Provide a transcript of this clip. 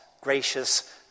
gracious